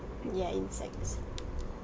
ya insects